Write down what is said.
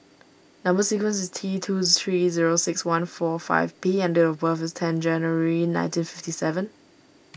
Number Sequence is T two three zero six one four five P and date of birth is ten January nineteen fifty seven